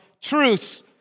truths